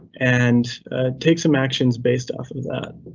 and take some actions based off of that.